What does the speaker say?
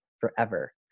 forever